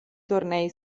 tornei